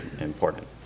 important